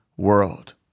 world